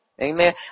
Amen